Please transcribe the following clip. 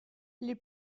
les